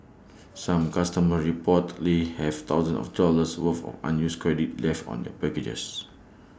some customers reportedly have thousands of dollars worth of unused credit left on their packages